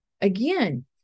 again